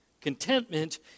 Contentment